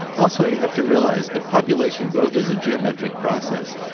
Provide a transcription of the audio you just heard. also, you have to realize that population growth is a geometric process.